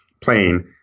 plane